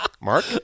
Mark